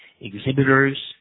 exhibitors